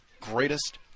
greatest